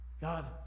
God